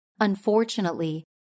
Unfortunately